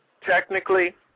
technically